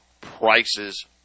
prices